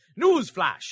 Newsflash